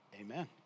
amen